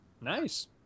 Nice